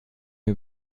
mir